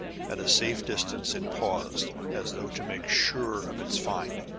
at a safe distance it paused, as though to make sure of its find,